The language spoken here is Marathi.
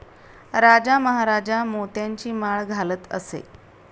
राजा महाराजा मोत्यांची माळ घालत असे